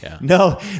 No